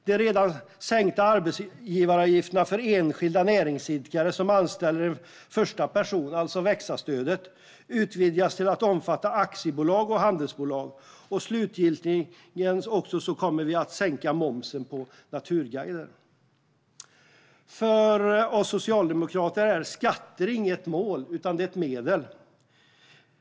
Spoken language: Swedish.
De redan sänkta arbetsgivaravgifterna för enskilda näringsidkare som anställer en första person, alltså växa-stödet, utvidgas till att omfatta aktiebolag och handelsbolag. Slutligen kommer vi också att sänka momsen för naturguider. För oss socialdemokrater är skatter inget mål utan ett medel.